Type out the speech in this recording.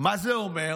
מה זה אומר?